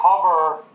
cover